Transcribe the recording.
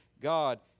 God